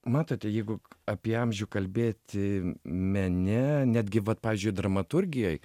matote jeigu apie amžių kalbėti mene netgi vat pavyzdžiui dramaturgijoj